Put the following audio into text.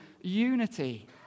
unity